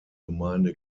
gemeinde